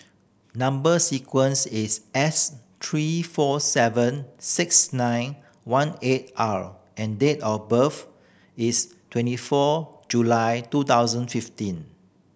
number sequence is S three four seven six nine one eight R and date of birth is twenty four July two thousand fifteen